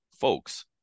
Folks